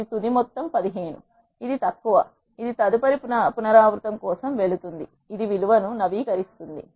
ఇది తుది మొత్తం 15 ఇది తక్కువ ఇది తదుపరి పునరావృతం కోసం వెళుతుంది ఇది విలువ ను నవికరిస్తుంది